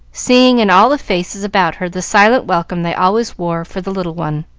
seeing in all the faces about her the silent welcome they always wore for the little one.